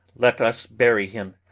let us bury him,